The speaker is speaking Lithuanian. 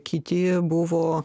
kiti buvo